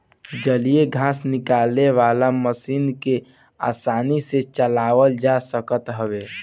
जलीय घास निकाले वाला मशीन के आसानी से चलावल जा सकत हवे